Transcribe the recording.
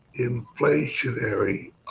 inflationary